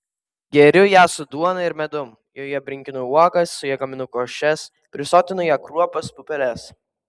geriu ją su duona ir medum joje brinkinu uogas su ja gaminu košes prisotinu ja kruopas pupeles